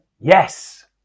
Yes